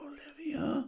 Olivia